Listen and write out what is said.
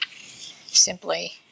simply